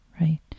right